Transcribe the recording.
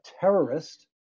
terrorist